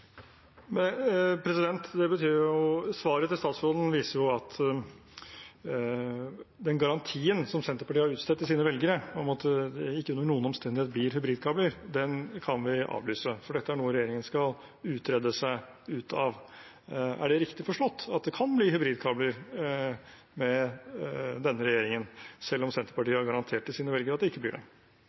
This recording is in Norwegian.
Det blir oppfølgingsspørsmål – Nikolai Astrup. Svaret til statsråden viser jo at den garantien som Senterpartiet har utstedt til sine velgere om at det ikke under noen omstendighet blir hybridkabler, kan vi avlyse, for dette er noe regjeringen skal utrede seg ut av. Er det riktig forstått, at det kan bli hybridkabler med denne regjeringen, selv om Senterpartiet har garantert til sine velgere at det ikke blir